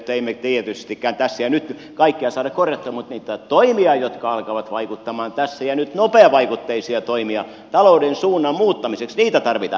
emme me tietystikään tässä ja nyt kaikkea saa korjattua mutta niitä toimia jotka alkavat vaikuttamaan tässä ja nyt nopeavaikutteisia toimia talouden suunnan muuttamiseksi niitä tarvitaan